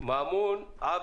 לצערי